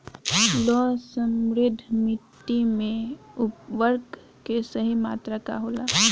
लौह समृद्ध मिट्टी में उर्वरक के सही मात्रा का होला?